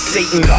Satan